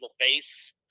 face